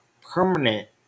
permanent